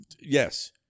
Yes